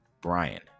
Brian